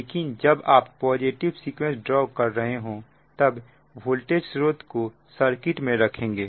लेकिन जब आप पॉजिटिव सीक्वेंस ड्रा कर रहे हो तब वोल्टेज स्रोत को सर्किट में रखेंगे